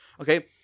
Okay